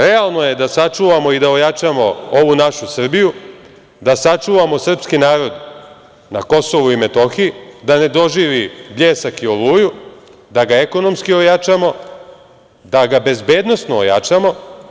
Realno je da sačuvamo i da ojačamo ovu našu Srbiju, da sačuvamo srpski narod na Kosovu i Metohiji, da ne doživi „Bljesak“ i „Oluju“, da ga ekonomski ojačamo, da ga bezbednosno ojačamo.